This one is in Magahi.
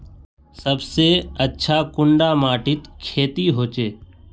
सबसे अच्छा कुंडा माटित खेती होचे?